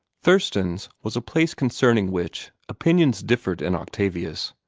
thurston's was a place concerning which opinions differed in octavius.